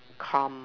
calm